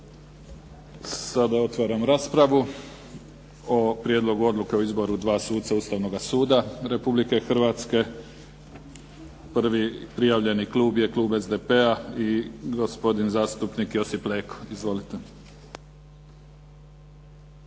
Sada otvaram raspravu o Prijedlogu odluke o izboru dva suca Ustavnoga suda Republike Hrvatske. Prvi prijavljeni klub je klub SDP-a i gospodin zastupnik Josip Leko. Izvolite.